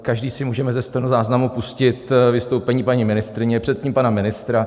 Každý si můžeme ze stenozáznamu pustit vystoupení paní ministryně, předtím pana ministra.